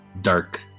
dark